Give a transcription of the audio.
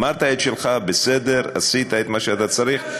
אמרת את שלך, בסדר, עשית את מה שאתה צריך.